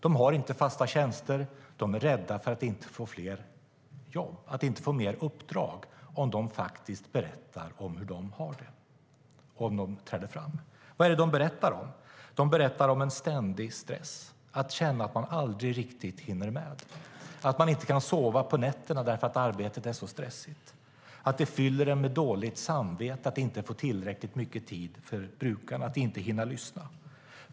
De har inte fasta tjänster, och de är rädda att inte få fler uppdrag om de faktiskt berättar om hur de har det - om de träder fram. Vad är då de berättar om? Jo, de berättar om en ständig stress i att känna att man aldrig riktigt hinner med. Man kan inte sova på nätterna därför att arbetet är så stressigt. Det fyller en med dåligt samvete att inte få tillräckligt mycket tid för brukarna och att inte hinna lyssna.